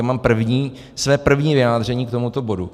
Já mám první, své první vyjádření k tomuto bodu.